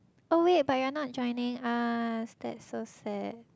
oh wait but you are not joining us that's so sad